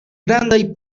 grandaj